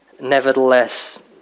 Nevertheless